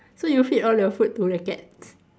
so you feed all your food to the cats